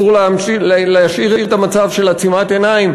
אסור להשאיר את המצב של עצימת עיניים,